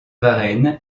varennes